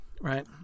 right